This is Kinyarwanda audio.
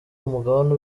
umugabane